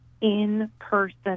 in-person